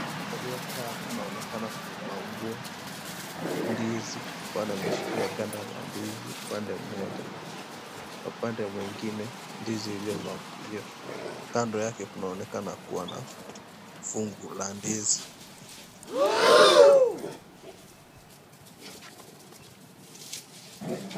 Aliyekaa anaonekana kubambua ndizi maana ameshikilia ganda la ndizi upande moja upande mwingine ndizi iliyobambuliwa. Kando yake kunaonekana kuwa na fungu la ndizi.